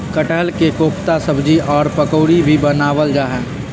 कटहल के कोफ्ता सब्जी और पकौड़ी भी बनावल जा हई